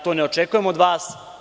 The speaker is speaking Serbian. To ne očekujem od vas.